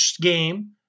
game